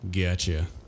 Gotcha